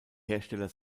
hersteller